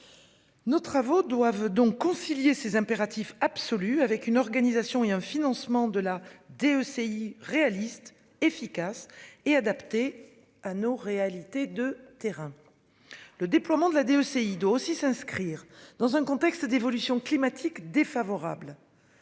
Nos travaux doivent donc concilier ces impératifs absolus avec une organisation et un financement de la DEC ECI réaliste efficace et adaptée à nos réalités de terrain. Le déploiement de la DEC, il doit aussi s'inscrire dans un contexte d'évolutions climatiques défavorables.